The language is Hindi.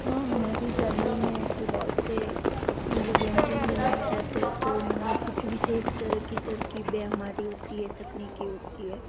हाँ हमारी फैमिली में ऐसे बहुत से मतलब व्यंजन बनाए जाते हैं तो मतलब कुछ विशेष तरह की तरकीबे हमारी होती है तकनीकी होती है